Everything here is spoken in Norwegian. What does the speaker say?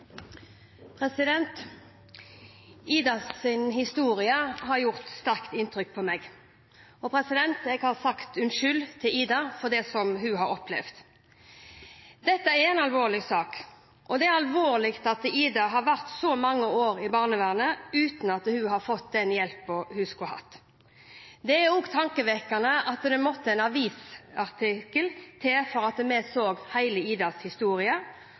historie har gjort sterkt inntrykk på meg, og jeg har sagt unnskyld til «Ida» for det hun har opplevd. Dette er en alvorlig sak, og det er alvorlig at «Ida» har vært så mange år i barnevernet uten at hun har fått den hjelpen hun skulle hatt. Det er også tankevekkende at det måtte en avisartikkel til før vi så hele «Ida»s historie.